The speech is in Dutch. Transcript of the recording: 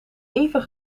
even